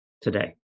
today